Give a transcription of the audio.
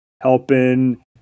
helping